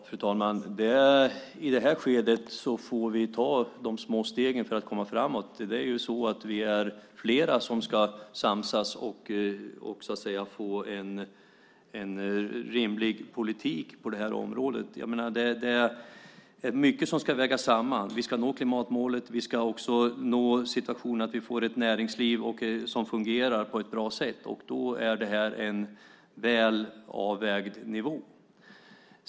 Fru talman! I detta skede får vi ta de små stegen för att komma framåt. Vi är flera som ska samsas och få en rimlig politik på detta område. Jag menar, det är mycket som ska vägas samman. Vi ska nå klimatmålet. Vi ska också nå situationen att vi får ett näringsliv som fungerar på ett bra sätt, och då är detta en väl avvägd nivå.